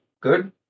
good